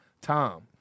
Tom